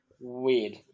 Weird